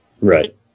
Right